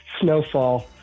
snowfall